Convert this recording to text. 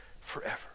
forever